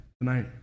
tonight